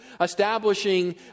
establishing